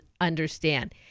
understand